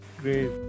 great